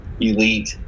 elite